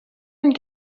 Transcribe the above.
une